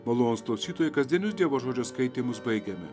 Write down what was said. malonūs klausytoja kasdienius dievo žodžio skaitymus baigiame